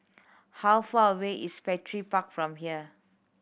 how far away is Petir Park from here